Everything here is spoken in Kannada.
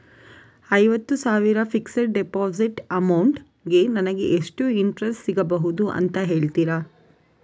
ಐವತ್ತು ಸಾವಿರ ಫಿಕ್ಸೆಡ್ ಡೆಪೋಸಿಟ್ ಅಮೌಂಟ್ ಗೆ ನಂಗೆ ಎಷ್ಟು ಇಂಟ್ರೆಸ್ಟ್ ಸಿಗ್ಬಹುದು ಅಂತ ಹೇಳ್ತೀರಾ?